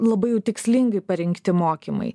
labai jau tikslingai parinkti mokymai